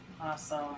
Awesome